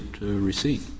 receipt